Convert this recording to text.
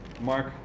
Mark